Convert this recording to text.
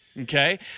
Okay